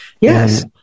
Yes